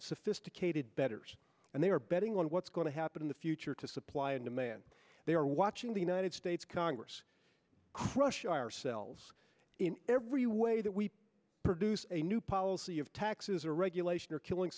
sophisticated betters and they are betting on what's going to happen in the future to supply and demand they are watching the united states congress crush ourselves in every way that we produce a new policy of taxes or regulation or killing